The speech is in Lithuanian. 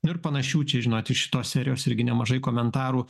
nu ir panašių čia žinot iš šitos serijos irgi nemažai komentarų